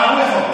אה, הוא יכול.